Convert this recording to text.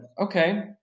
okay